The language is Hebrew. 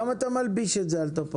למה אתה מלביש את זה על טופורובסקי?